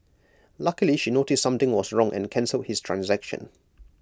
luckily she noticed something was wrong and cancelled his transaction